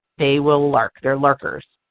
they will lurk. they are lurkers,